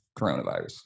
coronavirus